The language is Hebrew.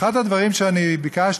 אחד הדברים שביקשתי,